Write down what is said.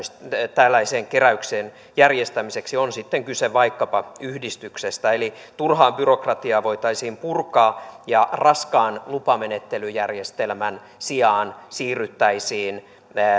tällaisen keräyksen järjestämiseksi on sitten kyse vaikkapa yhdistyksestä eli turhaa byrokratiaa voitaisiin purkaa ja raskaan lupamenettelyjärjestelmän sijaan siirryttäisiin